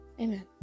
Amen